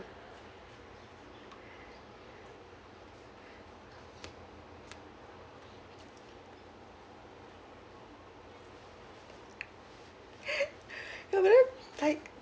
ya but then like